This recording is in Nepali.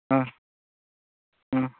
अँ अँ